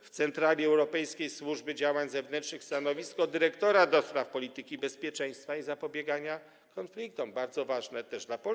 w centrali Europejskiej Służby Działań Zewnętrznych stanowisko dyrektora do spraw polityki bezpieczeństwa i zapobiegania konfliktom, stanowisko bardzo ważne też dla Polski.